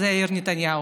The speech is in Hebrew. וזה יאיר לפיד.